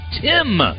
Tim